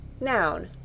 Noun